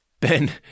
Ben